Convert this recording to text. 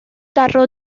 daro